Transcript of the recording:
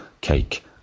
cake